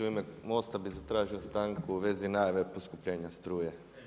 U ime MOST-a bih zatražio stanku u vezi najave poskupljenja struje.